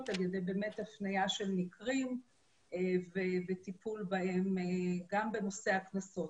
על ידי הפנייה של מקרים ובטיפול בהם גם בנושא הקנסות,